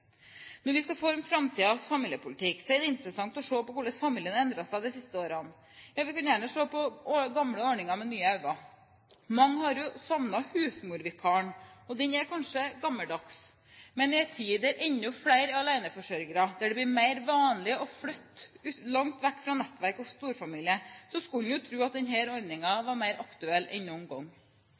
Når vi skal forme framtidens familiepolitikk, er det interessant å se på hvordan familien har endret seg i de siste årene. Vi kan gjerne se på gamle ordninger med nye øyne. Mange har savnet husmorvikaren. Den ordningen er kanskje gammeldags. Men i en tid der enda flere blir aleneforsørgere, der det blir vanligere å flytte langt vekk fra nettverk og storfamilie, skulle en jo tro at denne ordningen var mer aktuell enn noen gang.